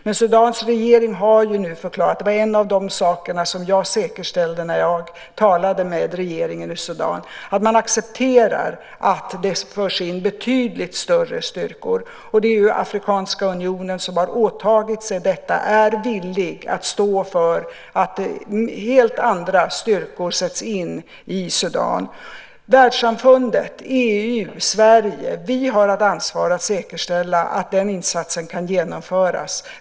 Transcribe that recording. Men Sudans regering har nu förklarat - det var en av de saker som jag säkerställde när jag talade med regeringen i Sudan - att man accepterar att det förs in betydligt större styrkor. Det är Afrikanska unionen som har åtagit sig detta och är villig att stå för att helt andra styrkor sätts in i Sudan. Världssamfundet, EU, Sverige - vi har att ansvara för och säkerställa att den insatsen kan genomföras.